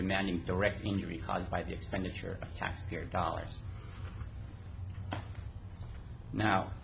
demanding direct injury caused by the expenditure of taxpayer dollars now